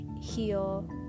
heal